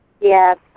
Yes